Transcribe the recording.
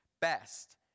best